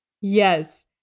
Yes